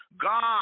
God